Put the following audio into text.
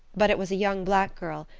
but it was a young black girl,